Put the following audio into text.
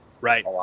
Right